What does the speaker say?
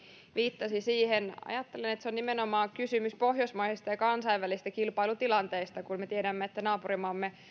viittasi siihen ajattelen että se on nimenomaan kysymys pohjoismaista ja kansainvälisistä kilpailutilanteista kun me tiedämme että naapurimaamme